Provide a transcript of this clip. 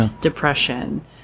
depression